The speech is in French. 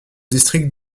district